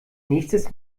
nächstes